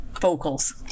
vocals